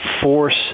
force